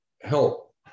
help